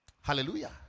Hallelujah